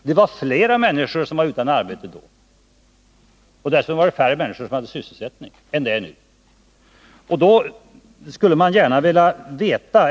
Det var fler människor som var utan arbete då, och sysselsättningen var alltså lägre än vad den är nu.